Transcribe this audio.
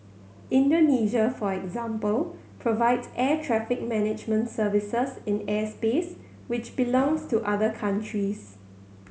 Indonesia for example provide air traffic management services in airspace which belongs to other countries